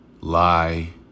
lie